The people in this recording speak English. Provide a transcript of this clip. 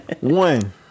One